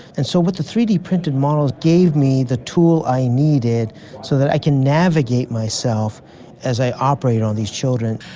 and so but the three d and models gave me the tool i needed so that i can navigate myself as i operate on these children.